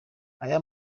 aya